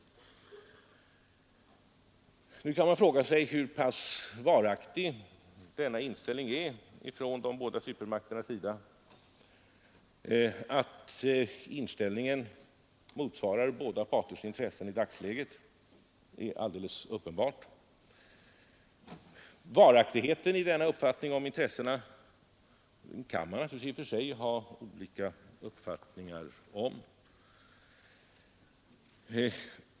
Man kan fråga sig hur varaktig denna inställning kommer att bli från de båda supermakternas sida. Att inställningen motsvarar båda parters intressen i dagsläget är alldeles uppenbart. Varaktigheten i denna uppfattning om intressena kan man som sagt ha olika meningar om.